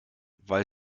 weil